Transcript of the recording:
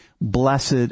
Blessed